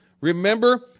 Remember